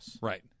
Right